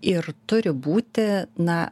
ir turi būti na